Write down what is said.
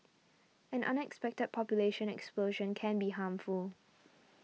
an unexpected population explosion can be harmful